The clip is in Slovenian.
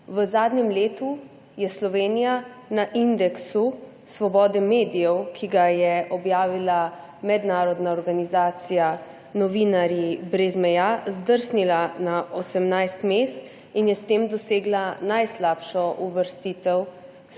V zadnjem letu je Slovenija na indeksu svobode medijev, ki ga je objavila mednarodna organizacija Novinarji brez meja, zdrsnila za 18 mest in je s tem dosegla najslabšo uvrstitev